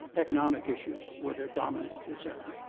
economic issues were their dominant concern.